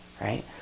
Right